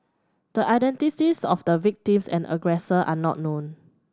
the identities of the victim and aggressor are not known